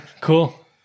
Cool